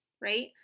right